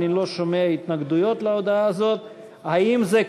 אדוני היושב-ראש, בשם